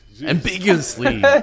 Ambiguously